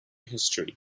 history